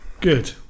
good